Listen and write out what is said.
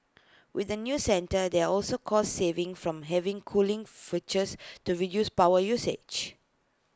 with the new centre there're also cost savings from having cooling features to reduce power usage